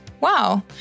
Wow